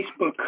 Facebook